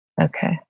Okay